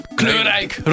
kleurrijk